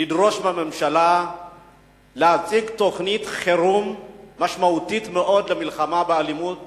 לדרוש מהממשלה להציג תוכנית חירום משמעותית מאוד למלחמה באלימות